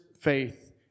faith